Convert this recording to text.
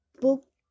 book